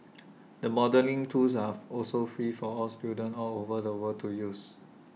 the modelling tools are also free for students all over the world to use